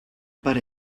per